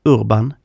Urban